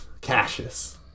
Cassius